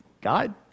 God